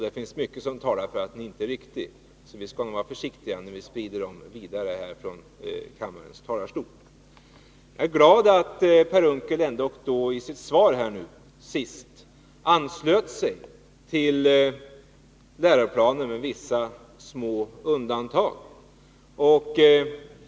Det finns mycket som talar för att den inte är riktig, så vi skall nog vara försiktiga med att sprida den vidare från kammarens talarstol. Jag är glad att Per Unckel ändå i sitt svar till sist anslöt sig till läroplanen, med vissa små undantag.